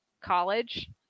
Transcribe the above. college